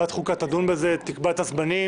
ועדת החוקה תדון בזה, תקבע את הזמנים.